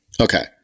Okay